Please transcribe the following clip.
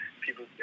people